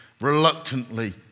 Reluctantly